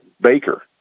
Baker